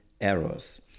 errors